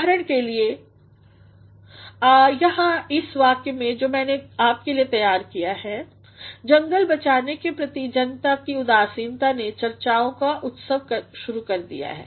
उदाहरण के लिए यहाँ इस वाक्य में जो मैने आपके लिए लिया है जंगल बचाने के प्रति जनता की उदासीनता ने चर्चाओं का उत्सवशुरू करदिया है